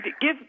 give